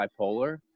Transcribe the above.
bipolar